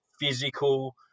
physical